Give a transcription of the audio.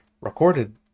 recorded